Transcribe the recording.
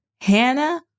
Hannah